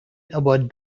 about